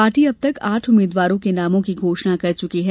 party अब तक आठ उम्मीदवारों के नामों की घोषणा कर चुकी है